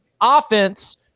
offense